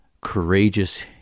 courageous